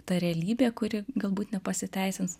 ta realybė kuri galbūt nepasiteisins